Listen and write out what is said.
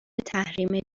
تحریم